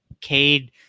Cade